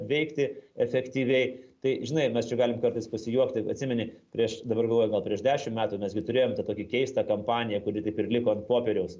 veikti efektyviai tai žinai mes čia galim kartais pasijuokti atsimeni prieš dabar galvoju gal prieš dešim metų mes gi turėjom tą tokį keistą kampaniją kuri taip ir liko ant popieriaus